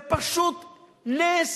זה פשוט נס,